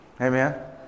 amen